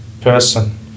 person